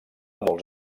molts